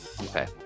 Okay